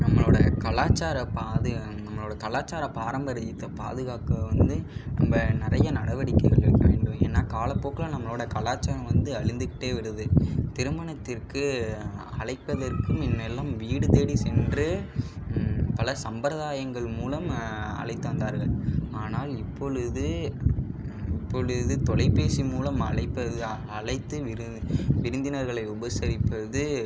நம்மளோட கலாச்சார பாது நம்மளோட கலாச்சார பாரம்பரியத்தை பாதுகாக்க வந்து நம்ம நிறைய நடவடிக்கைகள் எடுக்க வேண்டும் ஏன்னா காலப்போக்கில் நம்மளோட கலாச்சாரம் வந்து அழிந்துக்கிட்டே வருது திருமணத்திற்கு அழைப்பதற்கு முன்னே எல்லாம் வீடு தேடி சென்று பல சம்பிரதாயங்கள் மூலம் அழைத்து வந்தார்கள் ஆனால் இப்பொழுது இப்பொழுது தொலைபேசி மூலம் அழைப்பது தான் அழைத்து விருந்து விருந்தினர்களை உபசரிப்பது